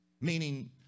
Meaning